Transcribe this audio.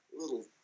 little